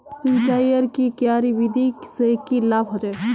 सिंचाईर की क्यारी विधि से की लाभ होचे?